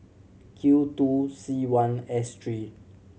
Q two C one S three